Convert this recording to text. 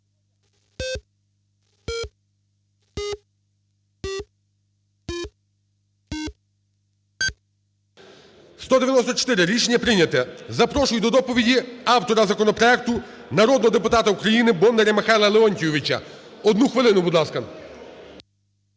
За-194 Рішення прийняте. Запрошую до доповіді автора законопроекту народного депутата України Бондаря Михайла Леонтійовича. Одну хвилину, будь ласка.